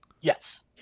yes